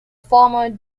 former